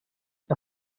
the